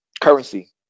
currency